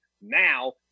now